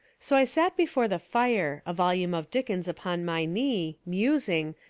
so i sat before the fire, a volume of dickens upon my knee, musing,